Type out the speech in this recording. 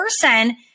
person